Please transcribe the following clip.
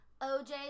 OJ